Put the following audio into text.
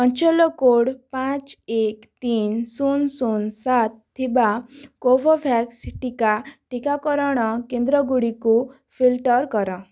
ଅଞ୍ଚଳ କୋଡ଼୍ ପାଞ୍ଚ ଏକ ତିନି ଶୂନ ଶୂନ ସାତ ଥିବା କୋଭୋଭ୍ୟାକ୍ସ ସିଟୀକା ଟିକାକରଣ କେନ୍ଦ୍ରଗୁଡ଼ିକୁ ଫିଲ୍ଟର କର